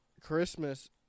Christmas –